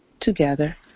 together